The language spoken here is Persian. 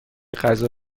غذا